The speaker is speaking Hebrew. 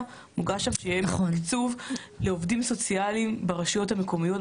מוגש שם שיהיה תקצוב לעובדים סוציאליים ברשויות המקומיות,